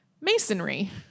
masonry